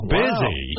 busy